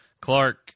Clark